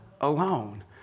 Alone